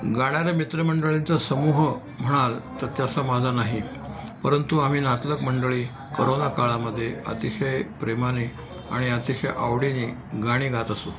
गाण्याऱ्या मित्रमंडळींचा समूह म्हणाल तर तसा माझा नाही परंतु आम्ही नातलग मंडळी करोना काळामध्ये अतिशय प्रेमाने आणि अतिशय आवडीने गाणी गात असू